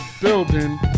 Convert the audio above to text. building